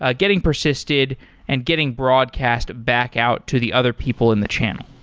ah getting persisted and getting broadcast back out to the other people in the channel.